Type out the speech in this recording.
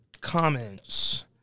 comments